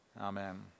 Amen